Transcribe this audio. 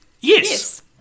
Yes